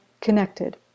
connected